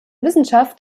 wissenschaft